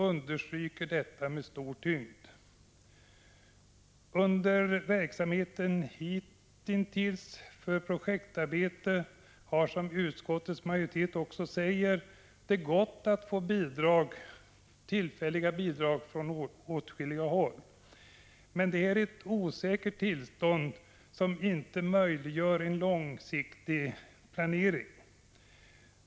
För den verksamhet med projektarbete som pågått har det hittills gått att få tillfälliga bidrag från åtskilliga håll, som utskottets majoritet också säger. Men detta är ett osäkert tillstånd som inte möjliggör långsiktig planering.